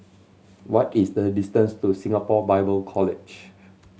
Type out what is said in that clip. what is the distance to Singapore Bible College